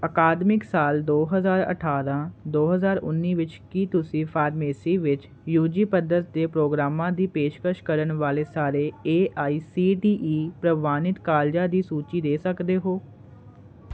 ਅਕਾਦਮਿਕ ਸਾਲ ਦੋ ਹਜ਼ਾਰ ਅਠਾਰਾਂ ਦੋ ਹਜ਼ਾਰ ਉੱਨੀ ਵਿੱਚ ਕੀ ਤੁਸੀਂ ਫਾਰਮੇਸੀ ਵਿੱਚ ਯੂਜੀ ਪੱਧਰ ਦੇ ਪ੍ਰੋਗਰਾਮਾਂ ਦੀ ਪੇਸ਼ਕਸ਼ ਕਰਨ ਵਾਲੇ ਸਾਰੇ A I C T E ਪ੍ਰਵਾਨਿਤ ਕਾਲਜਾਂ ਦੀ ਸੂਚੀ ਦੇ ਸਕਦੇ ਹੋ